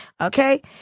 Okay